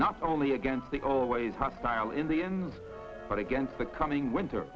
not only against the always hostile in the end but against the coming winter